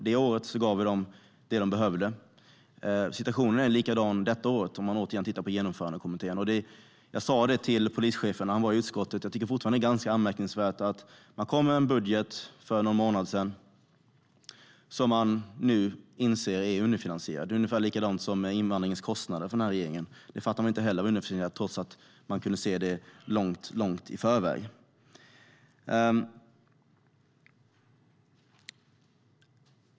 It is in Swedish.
Det året gav vi dem det som de behövde. Situationen är likadan detta år, om man återigen tittar på Genomförandekommitténs förslag. Jag sa till polischefen när han var i utskottet att jag fortfarande tycker att det är ganska anmärkningsvärt att man kom med en budget för någon månad sedan som man nu inser är underfinansierad. Det är ungefär på samma sätt som med kostnaderna för invandringen. Regeringen fattar inte att det är underfinansierat trots att man kunde se det långt i förväg.